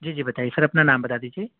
جی جی بتائیے سر اپنا نام بتا دیجیے